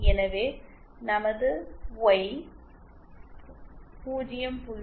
எனவே நமது ஒய் 0